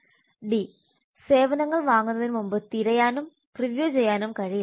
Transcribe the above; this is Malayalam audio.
ഡി സേവനങ്ങൾ വാങ്ങുന്നതിന് മുമ്പ് തിരയാനും പ്രിവ്യൂ ചെയ്യാനും കഴിയില്ല